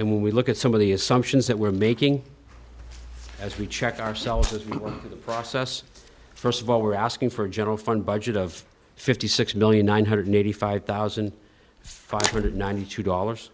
and when we look at some of the assumptions that we're making as we check ourselves as the process first of all we're asking for a general fund budget of fifty six million nine hundred eighty five thousand five hundred ninety two dollars